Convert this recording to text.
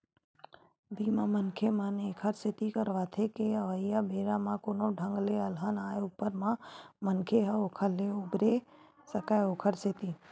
बीमा, मनखे मन ऐखर सेती करवाथे के अवइया बेरा म कोनो ढंग ले अलहन आय ऊपर म मनखे ह ओखर ले उबरे सकय ओखर सेती